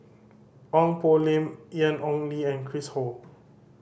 Ong Poh Lim Ian Ong Li and Chris Ho